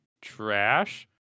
trash